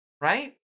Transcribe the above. Right